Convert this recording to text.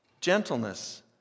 gentleness